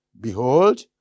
Behold